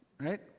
right